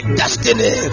destiny